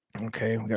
Okay